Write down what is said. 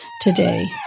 today